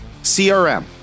CRM